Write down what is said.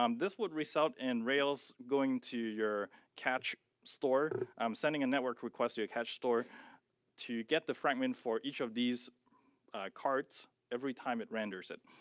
um this would result in rails going to your cache store um sending a network request to your cache store to get the fragment for each of these cards every time it renders it.